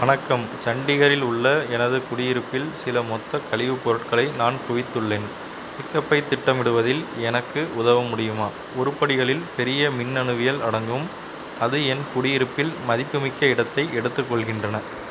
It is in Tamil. வணக்கம் சண்டிகரில் உள்ள எனது குடியிருப்பில் சில மொத்தக் கழிவுப் பொருட்களை நான் குவித்துள்ளேன் பிக்அப்பைத் திட்டமிடுவதில் எனக்கு உதவ முடியுமா உருப்படிகளில் பெரிய மின்னணுவியல் அடங்கும் அது என் குடியிருப்பில் மதிப்பு மிக்க இடத்தை எடுத்துக்கொள்கின்றன